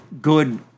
good